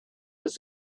was